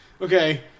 okay